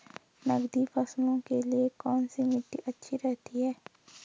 नकदी फसलों के लिए कौन सी मिट्टी अच्छी रहती है?